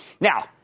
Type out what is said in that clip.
now